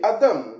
Adam